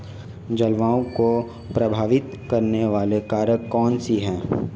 जलवायु को प्रभावित करने वाले कारक कौनसे हैं?